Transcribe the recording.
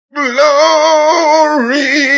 glory